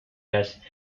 las